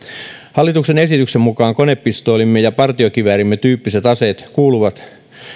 hallituksen esityksen mukaan konepistoolimme ja partiokiväärimme tyyppiset aseet kuuluvat